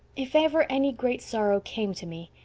if ever any great sorrow came to me,